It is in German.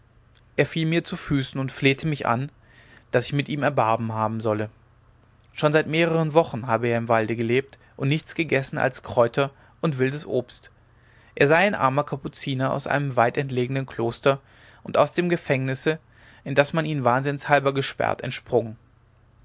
er fiel mir zu füßen und flehte mich an daß ich mit ihm erbarmen haben solle schon seit mehreren wochen habe er im walde gelebt und nichts gegessen als kräuter und wildes obst er sei ein armer kapuziner aus einem weit entlegenen kloster und aus dem gefängnisse in das man ihn wahnsinnshalber gesperrt entsprungen